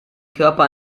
körper